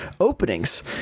openings